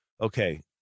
okay